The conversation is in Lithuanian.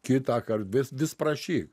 kitąkart vis vis prašyk